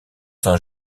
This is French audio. saint